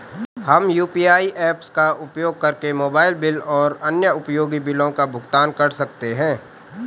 हम UPI apps का उपयोग करके मोबाइल बिल और अन्य उपयोगी बिलों का भुगतान कर सकते हैं